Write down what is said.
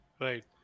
Right